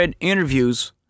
interviews